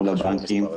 מול הבנקים,